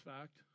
fact